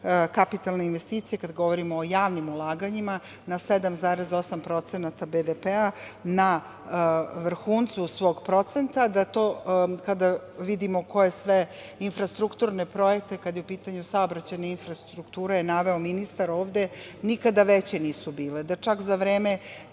kapitalne investicije, kada govorimo o javnim ulaganjima, na 7,8% BDP na vrhuncu svog procenta, da to kada vidimo ko je sve infrastrukturne projekte kada je u pitanju saobraćajna infrastruktura, je naveo ministar ovde, nikada veće nisu bile. Da čak za vreme